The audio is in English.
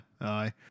Aye